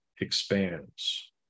expands